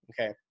okay